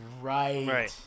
Right